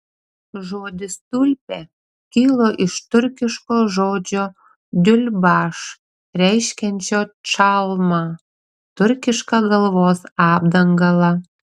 žodis tulpė kilo iš turkiško žodžio diulbaš reiškiančio čalmą turkišką galvos apdangalą